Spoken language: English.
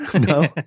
no